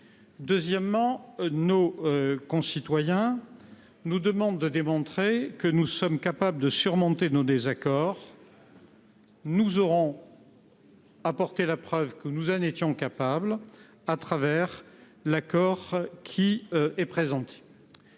Deuxièmement, nos concitoyens nous demandent de montrer que nous sommes capables de surmonter nos désaccords. Nous aurons apporté la preuve que nous en étions capables au travers de cet